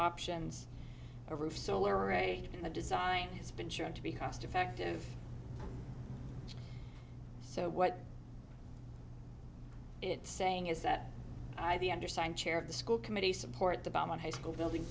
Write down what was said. options a roof solar array in the design has been shown to be cost effective so what it's saying is that the undersigned chair of the school committee support the bomb on high school building